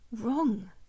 wrong